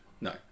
No